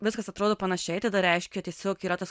viskas atrodo panašiai tada reiškia tiesiog yra tas